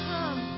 Come